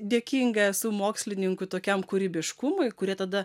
dėkinga esu mokslininkų tokiam kūrybiškumui kurie tada